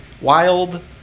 Wild